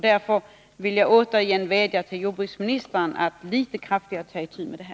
Därför vill jag återigen vädja till jordbruksministern att litet kraftigare ta itu med detta.